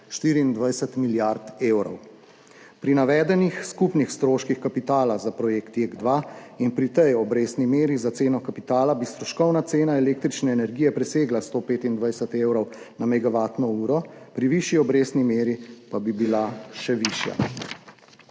24 milijard evrov. Pri navedenih skupnih stroških kapitala za projekt JEK2 in pri tej obrestni meri za ceno kapitala bi stroškovna cena električne energije presegla 125 evrov na megavatno uro, pri višji obrestni meri pa bi bila še višja.